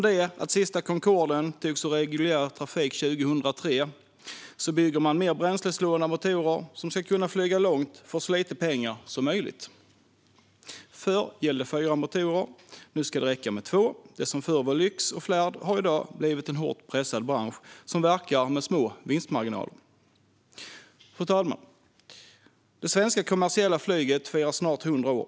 Den sista Concorden togs ur reguljär trafik år 2003, och man bygger nu i stället mer bränslesnåla motorer som ska kunna flyga långt för så lite pengar som möjligt. Förr gällde fyra motorer; nu ska det räcka med två. Det som förr var lyx och flärd har i dag blivit en hårt pressad bransch som verkar med små vinstmarginaler. Fru talman! Det svenska kommersiella flyget firar snart 100 år.